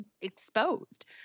exposed